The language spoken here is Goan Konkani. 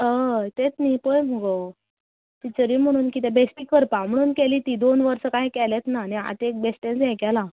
हय तेंच न्ही पळय मगो टिचरी म्हणून किदे बेश्टी करपा म्हण केली ती दोन वर्सा कांय केलेंत ना आनी आतां ये बेश्टेच ये केला